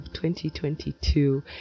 2022